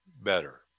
better